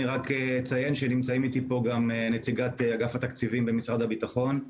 אני רק אציין שנמצאים אתי פה גם נציגת אגף התקציבים במשרד הביטחון,